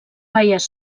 baies